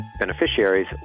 beneficiaries